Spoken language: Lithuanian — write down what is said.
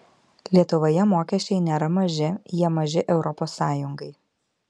lietuvoje mokesčiai nėra maži jie maži europos sąjungai